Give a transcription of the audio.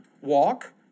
Walk